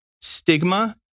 stigma